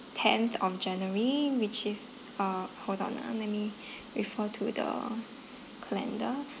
tenth of january which is uh hold on ah let me refer to the calendar